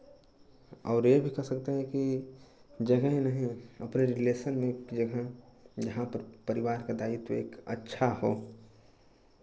और ये भी कह सकते हैं कि जगह ही नहीं है अपने रिलेशन में एक जगह जहाँ पर परिवार का दायित्व एक अच्छा हो